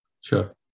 Sure